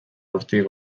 hortik